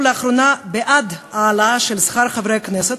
לאחרונה בעד העלאה של שכר חברי הכנסת,